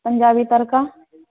पञ्जाबी तड़का